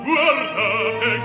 Guardate